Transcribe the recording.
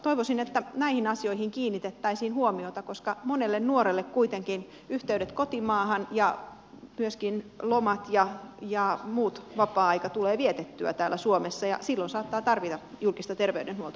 toivoisin että näihin asioihin kiinnitettäisiin huomiota koska monella nuorella kuitenkin on yhteydet kotimaahan ja myöskin lomat ja muu vapaa aika tulee vietettyä täällä suomessa ja silloin saattaa tarvita julkista terveydenhuoltoa